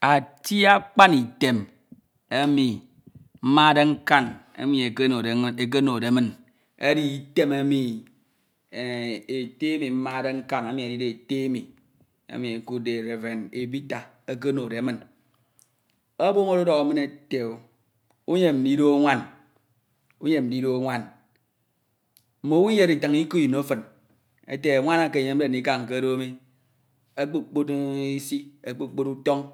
Ati nkpan item emi mmade nkan emi ekonode nn ekende min edi item emi emh ete emi mmade nkan emi edide ete emi ekudde e reverend ebita ekonode min ebon oro odoho min ete. unyen ndido nwan unyen ndido nwan mmonu iyedi itin iko ino fin ete. nwan eke enyemade ndika nkodo mi. okpokpon isi okpokpon uton.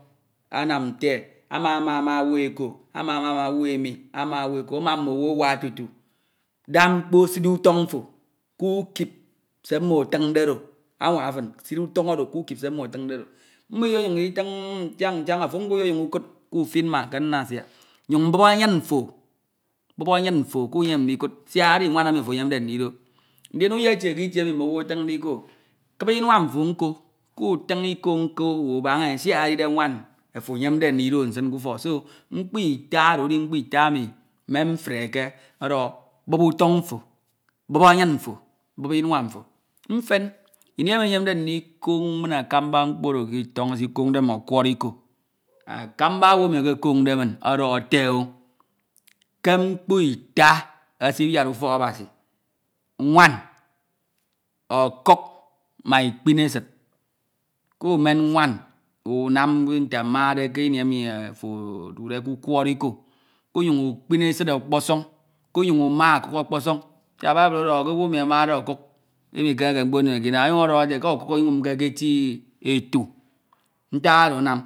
anam nte. ama mama owu eko. ama mama owu emi. ama owu eko amra,. owu awak tutu. da mkpo siri uton mfo kukip se mmo atinde oro. mmo inyenyum idion ntian ntian. nyun bup anyin afo bup anyin mfo kunyem ndikud siak edi nwan emi ofo emyemde ndido ndin uyetin kilie emi mm'owu atinde iko. kibi inua mfo. kutin iko nko ubana e siak edide nwan ofo enyemade ndida nsin k'ufok so mkpo ita oro edi mkpo ita emi memfreke. odoho bup ufon mfo. bup inua mfo. bup anyin mfo mfen. imi emi enyemade ndikon inn akamba mkpo oro esikonde mme okworo iko akamba owu emi okonde min odohodo ete o. ke mkpo ita esibiad ufok Abasi nwan okuk ma ikponesid kuwem nwan uwan nte amande kini emi ofo odude k'ukioro iko. kunyun ukpin esid okposon siak bible odoho ke owu emi amade okuk imikemeke mkpo ndide kied inam onyun odoho k'okuk iwumke ke eti etu. ntak oro anam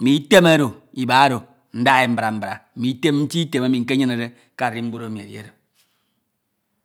mme item oro iba oro ndaha e mbra mbra mme item nti item emi nkeyenede ke arimbud